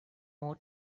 more